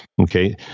Okay